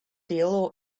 deal